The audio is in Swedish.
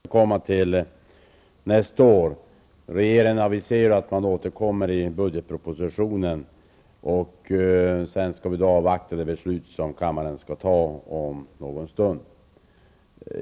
Herr talman! Mycket kort. Sakdebatten om turistrådet och eventuella anslag till turistrådet får vi återkomma till nästa år. Regeringen har aviserat att den återkommer i budgetpropositionen. Låt oss nu avvakta det beslut som kammaren fattar om någon stund.